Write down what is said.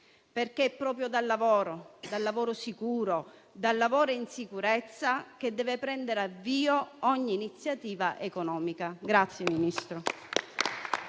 perché è proprio dal lavoro sicuro, dal lavoro in sicurezza, che deve prendere avvio ogni iniziativa economica.